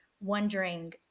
wondering